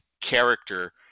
character